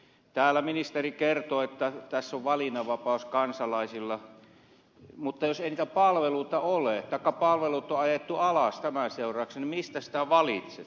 täällä ministeri kertoi että tässä on valinnanvapaus kansalaisilla mutta jos ei niitä palveluita ole taikka palvelut on ajettu alas tämän seurauksena niin mistä sitä valitset